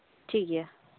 ᱴᱷᱤᱠ ᱜᱮᱭᱟ